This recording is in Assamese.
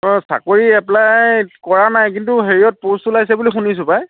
অ' চাকৰি এপ্লাই কৰা নাই কিন্তু হেৰিয়ত পোষ্ট ওলাইছে বুলি শুনিছোঁ পাই